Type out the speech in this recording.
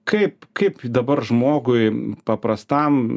kaip kaip dabar žmogui paprastam